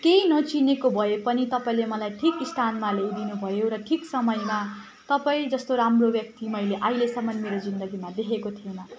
केही नचिनेको भए पनि तपाईँले मलाई ठिक स्थानमा ल्याइदिनुभयो र ठिक समयमा तपाईँ जस्तो राम्रो व्यक्ति मैले अहिलेसम्म मेरो जीन्दगीमा देखेको थिइनँ